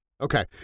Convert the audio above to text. Okay